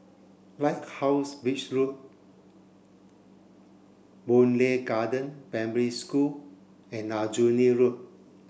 Lighthouse Beach Road Boon Lay Garden Primary School and Aljunied Road